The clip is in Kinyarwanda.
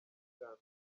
bwa